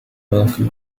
welcome